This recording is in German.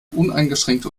uneingeschränkte